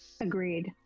agreed